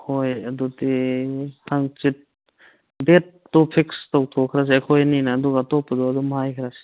ꯍꯣꯏ ꯑꯗꯨꯗꯤ ꯍꯪꯆꯤꯠ ꯗꯦꯠꯇꯣ ꯐꯤꯛꯁ ꯇꯧꯊꯣꯛꯈ꯭ꯔꯁꯦ ꯑꯩꯈꯣꯏ ꯑꯅꯤꯅ ꯑꯗꯨꯒ ꯑꯇꯣꯞꯄꯗꯣ ꯑꯗꯨꯝ ꯍꯥꯏꯈ꯭ꯔꯁꯤ